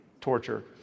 torture